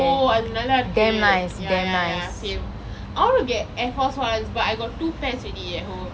oh அது நல்லா இருக்கு:athu nalla irukku ya ya ya same I wanna get air force ones but I got two pairs already at home